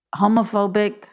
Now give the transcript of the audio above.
homophobic